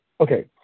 Okay